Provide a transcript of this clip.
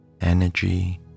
energy